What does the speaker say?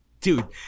dude